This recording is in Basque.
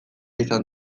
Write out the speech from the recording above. izan